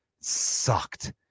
sucked